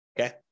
Okay